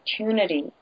opportunity